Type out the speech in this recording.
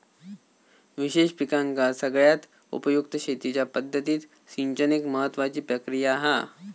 विशेष पिकांका सगळ्यात उपयुक्त शेतीच्या पद्धतीत सिंचन एक महत्त्वाची प्रक्रिया हा